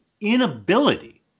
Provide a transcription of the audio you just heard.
inability